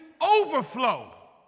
overflow